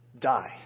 die